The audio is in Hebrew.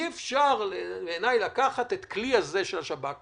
אי-אפשר לקחת את הכלי הזה של השב"כ,